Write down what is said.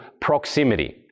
proximity